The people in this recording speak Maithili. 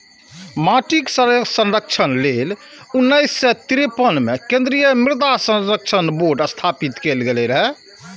माटिक संरक्षण लेल उन्नैस सय तिरेपन मे केंद्रीय मृदा संरक्षण बोर्ड स्थापित कैल गेल रहै